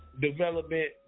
development